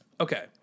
Okay